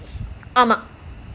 ஆமா:aamaa